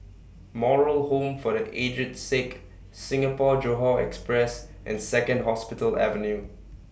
Moral Home For The Aged Sick Singapore Johore Express and Second Hospital Avenue